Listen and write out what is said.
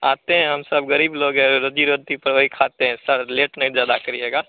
आते हैं हम सब ग़रीब लोग है रोज़ी रोटी पर वही खाते हैं सर लेट नइ ज़्यादा करिएगा